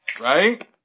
Right